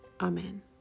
Amen